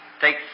Take